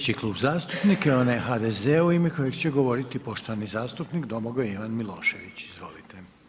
Slijedeći Klub zastupnika je onaj HDZ-a u ime kojeg će govoriti poštovani zastupnik Domagoj Ivan Milošević, izvolite.